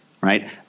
right